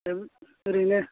ओरैनो